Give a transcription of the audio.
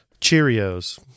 Cheerios